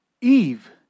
Eve